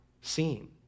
seen